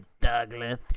Douglas